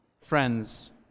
Friends